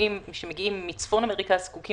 הרופאים שמגיעים מצפון אמריקה זקוקים